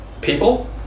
people